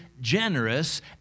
generous